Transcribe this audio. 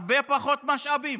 הרבה פחות משאבים,